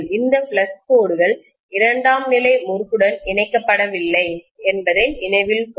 இந்த ஃப்ளக்ஸ் கோடுகள் இரண்டாம் நிலை முறுக்குடன் இணைக்கப்படவில்லை என்பதை நினைவில் கொள்க